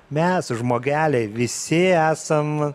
mes žmogeliai visi esam